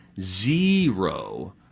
zero